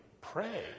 pray